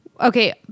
Okay